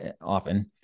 often